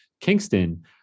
Kingston